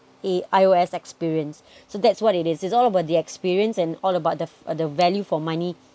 a I_O_S experience so that's what it is it's all about the experience and all about the uh the value for money